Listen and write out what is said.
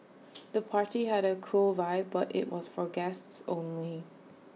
the party had A cool vibe but IT was for guests only